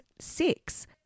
Six